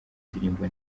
indirimbo